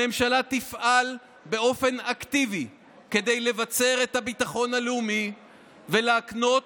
הממשלה תפעל באופן אקטיבי כדי לבצר את הביטחון הלאומי ולהקנות